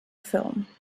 film